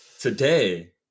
today